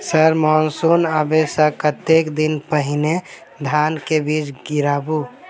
Sir monsoon आबै सऽ कतेक दिन पहिने धान केँ बीज गिराबू?